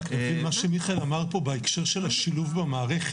רק לפי מה שמיכאל אמר פה בהקשר של השילוב במערכת,